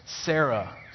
Sarah